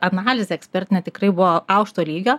analizė ekspertinė tikrai buvo aukšto lygio